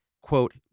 quote